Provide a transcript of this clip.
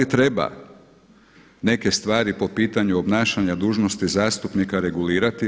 Da li treba neke stvari po pitanju obnašanja dužnosti zastupnika regulirati?